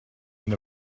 when